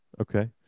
okay